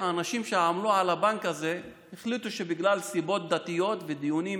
האנשים שעמלו על הבנק הזה החליטו שבגלל סיבות דתיות ודיונים